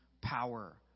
power